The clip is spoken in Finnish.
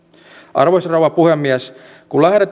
arvoisa rouva puhemies kun